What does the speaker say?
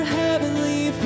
heavenly